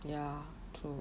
ya true